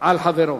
על חברו.